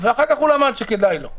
ואחר כך הוא למד שכדאי לו.